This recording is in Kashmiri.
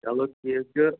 چَلو ٹھیٖک چھُ